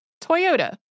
Toyota